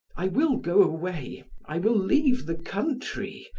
i will go away, i will leave the country.